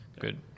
good